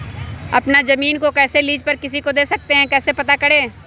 अपना जमीन को कैसे लीज पर किसी को दे सकते है कैसे पता करें?